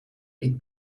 niet